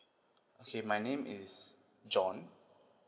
okay my name is john